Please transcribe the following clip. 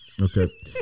Okay